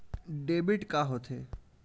Debit का होथे?